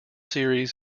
series